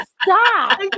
Stop